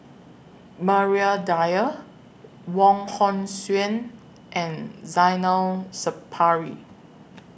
Maria Dyer Wong Hong Suen and Zainal Sapari